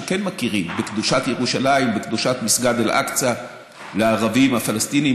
שכן מכירים בקדושת ירושלים וקדושת מסגד אל-אקצא לערבים הפלסטינים,